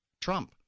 trump